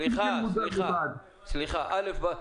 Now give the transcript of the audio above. אל"ף,